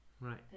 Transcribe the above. Right